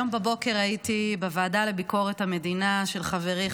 היום בבוקר הייתי בוועדה לביקורת המדינה של חברי,